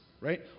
Right